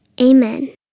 Amen